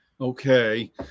Okay